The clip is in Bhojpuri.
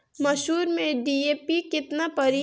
मसूर में डी.ए.पी केतना पड़ी?